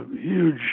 huge